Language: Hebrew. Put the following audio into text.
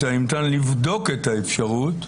ניתן לבדוק את האפשרות,